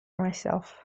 myself